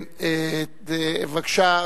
בבקשה,